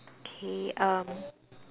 okay um